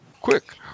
Quick